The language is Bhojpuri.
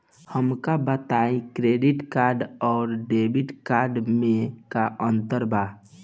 हमका बताई डेबिट कार्ड और क्रेडिट कार्ड में का अंतर बा?